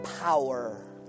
power